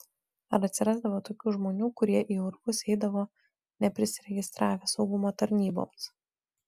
ar atsirasdavo tokių žmonių kurie į urvus eidavo neprisiregistravę saugumo tarnyboms